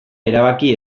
erabaki